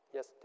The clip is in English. Yes